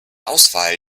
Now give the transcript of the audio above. ausfall